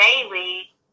daily